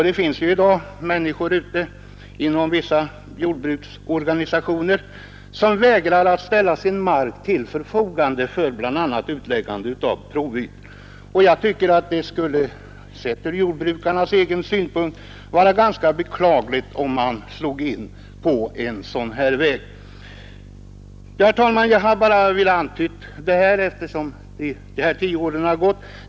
Det finns ju i dag människor ute i vissa jordbruksorganisationer som vägrar att ställa sin mark till förfogande för bl.a. utläggande av provytor. Jag tycker att det skulle, sett ur jordbrukarnas egen synpunkt, vara ganska beklagligt om man slog in på en sådan väg. Herr talman! Jag har bara velat antyda det här, eftersom de tio åren nu har gått.